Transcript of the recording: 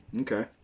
Okay